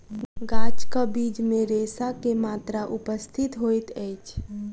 गाछक बीज मे रेशा के मात्रा उपस्थित होइत अछि